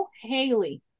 Haley